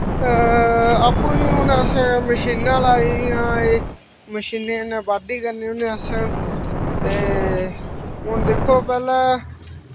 आपं नी हून मशीनां लाई दियां मशीनैं कन्नैं बाह्ड्डी करने होने अस ते हून दिक्खो पैह्लैं